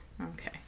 Okay